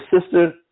sister